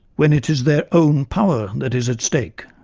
when it is their own power that is at stake?